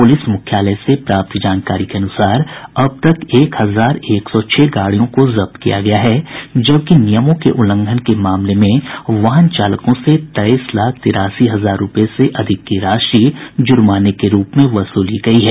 police मुख्यालय से प्राप्त जानकारी के अनुसार अब तक एक हजार एक सौ छह गाड़ियों को जब्त किया गया है जबकि नियमों के उल्लंघन के मामले में वाहन चालकों से तेईस लाख तिरासी हजार रूपये से अधिक की राशि जुर्माने के रूप में वसूली गयी है